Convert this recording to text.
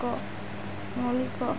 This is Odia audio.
ଏକ ମୌଳିକ